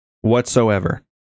whatsoever